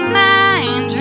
mind